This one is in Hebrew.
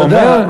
אתה יודע,